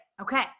okay